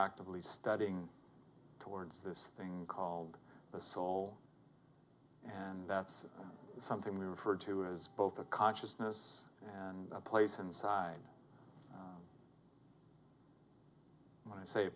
actively studying towards this thing called the soul and that's something we refer to as both a consciousness and a place inside when i say a